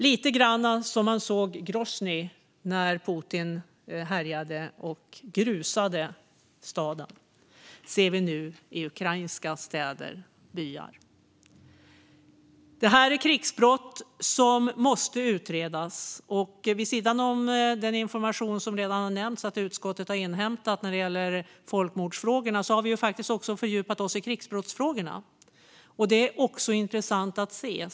Det man såg i Groznyj när Putin härjade och grusade staden ser vi nu i ukrainska städer och byar. Det här är krigsbrott som måste utredas. Vid sidan av den information som utskottet som nämnts inhämtat om folkmordsfrågorna har vi även fördjupat oss i krigsbrottsfrågorna, vilket också är intressant.